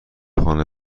خانه